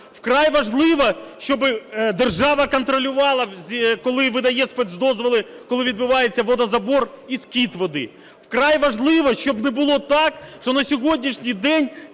Вкрай важливо, щоб держава контролювала, коли видає спецдозволи, коли відбувається водозабір і скид води. Вкрай важливо, щоб не було так, що на сьогоднішній день